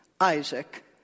Isaac